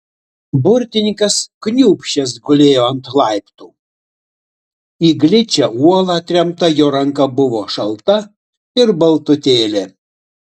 burtininkas kniūbsčias gulėjo ant laiptų į gličią uolą atremta jo ranka buvo šalta ir baltutėlė